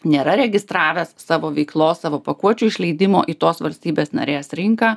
nėra registravęs savo veiklos savo pakuočių išleidimo į tos valstybės narės rinką